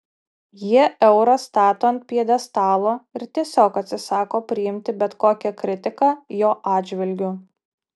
jie eurą stato ant pjedestalo ir tiesiog atsisako priimti bet kokią kritiką jo atžvilgiu